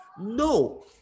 No